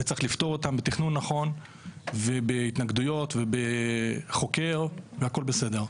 וצריך לפתור אותם בתכנון נכון ובהתנגדויות ובחוקר והכל בסדר.